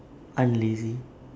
un-lazy